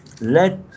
let